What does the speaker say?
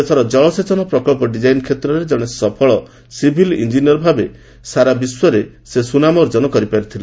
ଦେଶର ଜଳସେଚନ ପ୍ରକଳ୍ପ ଡିଜାଇନ୍ କ୍ଷେତ୍ରରେ ଜଣେ ସଫଳ ସିଭିଲ୍ ଇଞ୍ଜିନିୟର୍ ଭାବେ ବିଶ୍ୱରେ ସୁନାମ ଅର୍ଜନ କରିପାରିଥିଲେ